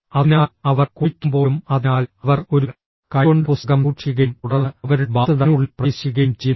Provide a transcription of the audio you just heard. അതിനാൽ അവർ കുളിക്കുമ്പോഴും അതിനാൽ അവർ ഒരു കൈകൊണ്ട് പുസ്തകം സൂക്ഷിക്കുകയും തുടർന്ന് അവരുടെ ബാത്ത് ടബിനുള്ളിൽ പ്രവേശിക്കുകയും ചെയ്യുന്നു